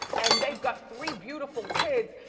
and they've got three beautiful kids,